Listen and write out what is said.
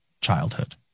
childhood